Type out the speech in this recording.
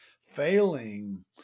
failing